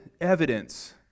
evidence